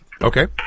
Okay